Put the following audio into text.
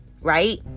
right